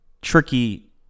tricky